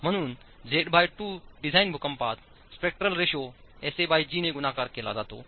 म्हणून Z2 design भूकंपात spectral ratio Sag ने गुणाकार केला जातो